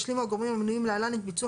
ישלימו הגורמים המנויים להלן את ביצוע